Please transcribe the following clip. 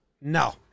No